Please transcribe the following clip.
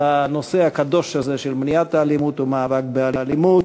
בנושא הקדוש הזה של מניעת האלימות ומאבק באלימות.